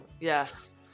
yes